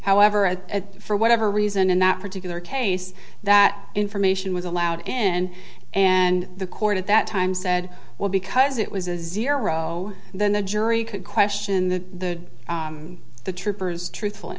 however and for whatever reason in that particular case that information was allowed and and the court at that time said well because it was a zero then the jury could question the the trooper's truthful